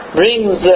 brings